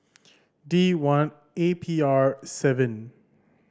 D one A P R seven